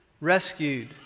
rescued